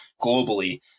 globally